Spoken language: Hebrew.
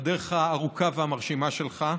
בדרך הארוכה והמרשימה שלך.